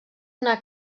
una